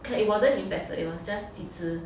okay it wasn't infested it was just 几只